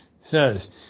says